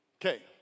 Okay